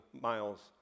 miles